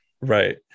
Right